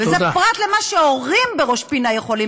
וזה פרט למה שהורים בראש-פינה יכולים